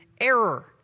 error